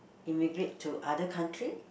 immigrate to other country